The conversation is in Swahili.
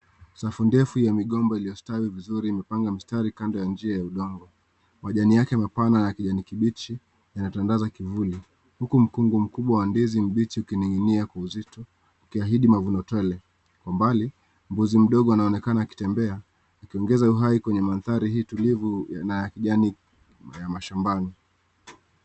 Safu ndefu ya migomba iliyostawi vizuri imepanga mstari kando ya njia ya udongo, majani yake mapana ya kijani kibichi yanatandaza kivuli, huku mkungu mkubwa wa ndizi ikining'inia kwa uzito, ikiahizi mavunoo tele, kwa mbali mbuzi mdogo anaonekana akitemeba akiongeza uhai kwa madhari hii tulivu na kula vijani vya mashambani.